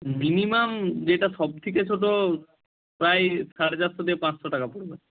minimum যেটা সবথেকে ছোটো প্রায় সাড়ে চারশো থেকে পাঁচশো টাকা পড়বে